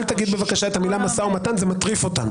אל תגיד בבקשה את המילה משא ומתן, זה מטריף אותם.